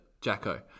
Jacko